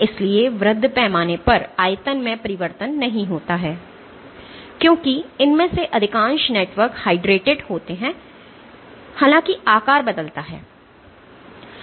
इसलिए वृहद पैमाने पर आयतन में परिवर्तन नहीं होता है क्योंकि इनमें से अधिकांश नेटवर्क हाइड्रेटेड होते हैं हालाँकि आकार बदलता है